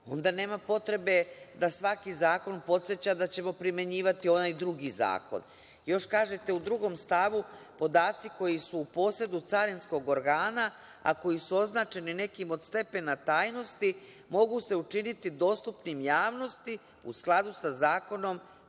onda nema potrebe da svaki zakon podseća da ćemo primenjivati onaj drugi zakon. Još kažete u drugom stavu – podaci koji su u posedu carinskog organa, a koji su označeni nekim od stepena tajnosti mogu se učiniti dostupnim javnosti u skladu sa zakonom